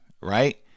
right